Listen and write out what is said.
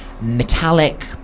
metallic